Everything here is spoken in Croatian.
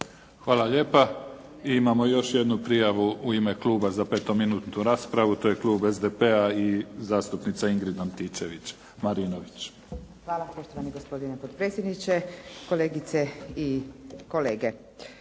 Hvala lijepo. Imamo još jednu prijavu u ime kluba za petominutnu raspravu. To je klub SDP-a i zastupnica Ingrid Antičević- Marinović. **Antičević Marinović, Ingrid (SDP)** Hvala poštovani gospodine potpredsjedniče, kolegice i kolege.